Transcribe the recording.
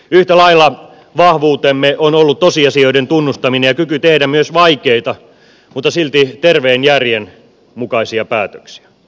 yhtä lailla vahvuutemme on ollut tosiasioiden tunnustaminen ja kyky tehdä myös vaikeita mutta silti terveen järjen mukaisia päätöksiä